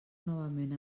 novament